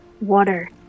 Water